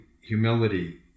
humility